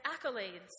accolades